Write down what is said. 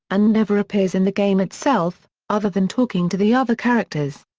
and never appears in the game itself, other than talking to the other characters.